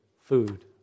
food